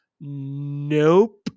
nope